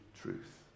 truth